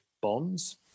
bonds